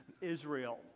Israel